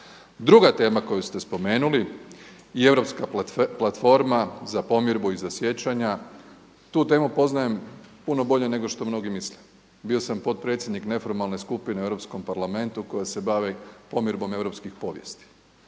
Druga tema koju ste spomenuli i europska platforma za pomirbu i za sjećanja. Tu temu poznajem puno bolje nego što mnogi misle. Bio sam potpredsjednik neformalne skupine u Europskom parlamentu koja se bavi pomirbom europskih povijesti.